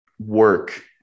work